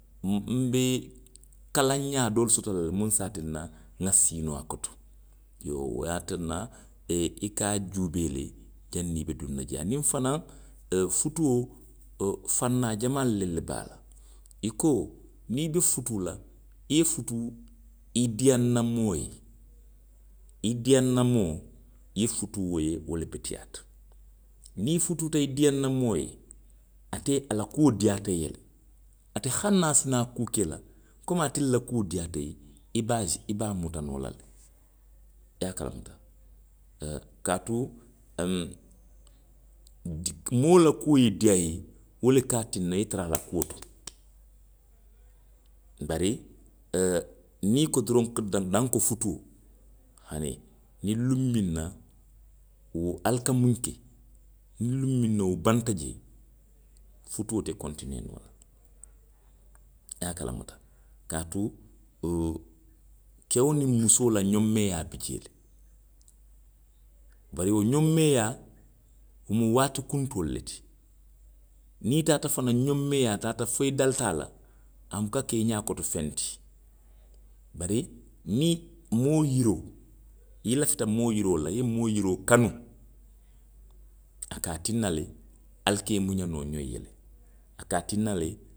Huŋ, nbe kalaŋ ňaa doolu soto la le. munnu se a tinna nŋa sii noo a koto. Iyoo, wo ye a tinna, ee, i ka a juubee le, janniŋ i be duŋ na jee. Aniŋ fanaŋ, futuo. o fanna jamaa lelu le be a la. I ko, niŋ i be futuu la, i ye futuu i diiyaanna moo ye. I diiyaanna moo. i ye futuu wo ye, wo le beteyaata. Niŋ i futuuta i diiyaana moo ye. ate, a la kuo diiyaata i ye. ate hani a si naa kuu ke i la, komi ate la kuo diiyaata i ye, i be se, i be a la kuo muta noo la, i ye a kalamuta. O, kaatu, huŋ, moo la kuo ye diiyaa i ye, wo le ka tinna i ye tara a la kuo to. Bari, oo, niŋ doroŋ ko, danko futuo, hani. Niŋ luŋ miŋ na, wo, ali ka muŋ ke, niŋ luŋ miŋ na wo banta jee, futuo te kontiniyee noo la. I ye a kalamuta. Kaatu, oo, keo niŋ musoo la ňoŋ meeyaa bi jee le. Bari wo ňoŋ meeyaa. mu waati kuntoolu le ti. Niŋ i taata fanaŋ ňoŋ meeyaa taata fo i dalita a la, a muka ke i ňaa koto feŋ ti. Bari, niŋ moo yiroo, i lafita moo yiroo la, i ye moo kanu, a ka a tinna le, ali ka i muňa noo ňoŋ ye. A ka a tinna le